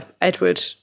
Edward